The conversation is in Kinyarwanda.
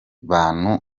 bantu